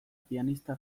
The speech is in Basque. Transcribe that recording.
pianista